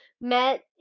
met